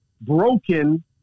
broken